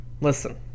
Listen